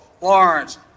lawrence